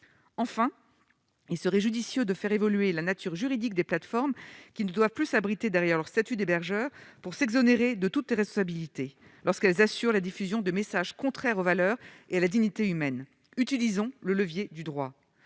Enfin, il serait judicieux de faire évoluer la nature juridique des plateformes, qui ne doivent plus s'abriter derrière leur statut d'hébergeur pour s'exonérer de toute responsabilité lorsqu'elles assurent la diffusion de messages contraires aux valeurs et à la dignité humaine. Utilisons le levier du droit